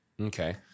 Okay